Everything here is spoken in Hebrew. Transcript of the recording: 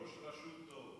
ראש רשות טוב.